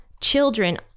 children